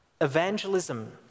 evangelism